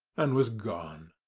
and was gone.